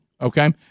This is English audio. okay